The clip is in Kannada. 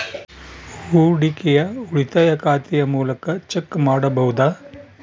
ಹೂಡಿಕೆಯ ಉಳಿತಾಯ ಖಾತೆಯ ಮೂಲಕ ಚೆಕ್ ಪಡೆಯಬಹುದಾ?